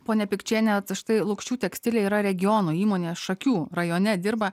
ponia pikčiene o štai lukšių tekstilė yra regiono įmonės šakių rajone dirba